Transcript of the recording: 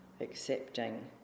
accepting